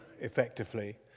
effectively